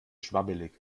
schwabbelig